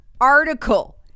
article